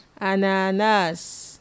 ananas